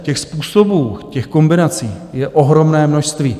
Těch způsobů, těch kombinací je ohromné množství.